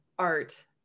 art